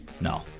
No